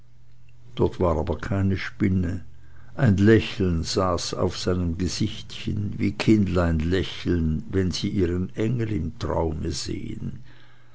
dort war aber keine spinne ein lächeln saß auf seinem gesichtchen wie kindlein lächeln wenn sie ihren engel im traume sehen